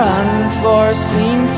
unforeseen